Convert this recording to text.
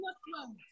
Muslim